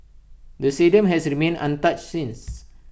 the stadium has remained untouched since